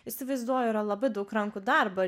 įsivaizduoju yra labai daug rankų darbo